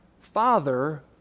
father